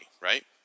right